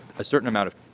a certain amount of